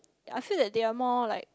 I feel that they are more like